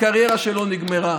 הקריירה שלו נגמרה.